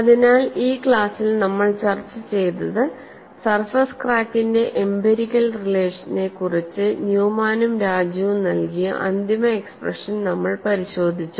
അതിനാൽ ഈ ക്ലാസ്സിൽ നമ്മൾ ചർച്ച ചെയ്തത് സർഫസ് ക്രാക്കിന്റെ എംപിരിക്കൽ റിലേഷനെത്തെക്കുറിച്ച് ന്യൂമാനും രാജുവും നൽകിയ അന്തിമ എക്സ്പ്രഷൻ നമ്മൾ പരിശോധിച്ചു